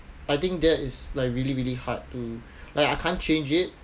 I think that is like really really hard to like I can't change it